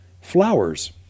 flowers